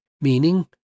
meaning